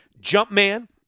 Jumpman